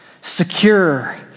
Secure